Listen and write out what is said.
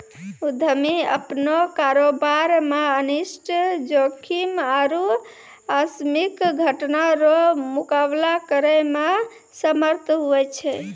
उद्यमी अपनो कारोबार मे अनिष्ट जोखिम आरु आकस्मिक घटना रो मुकाबला करै मे समर्थ हुवै छै